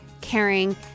caring